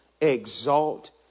exalt